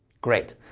great!